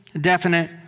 definite